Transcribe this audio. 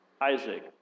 Isaac